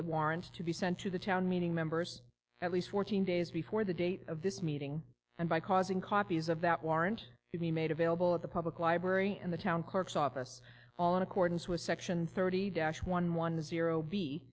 warrants to be sent to the town meeting members at least fourteen days before the date of this meeting and by causing copies of that warrant to be made available at the public library in the town clerk's office all in accordance with section thirty dash one one zero